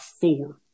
four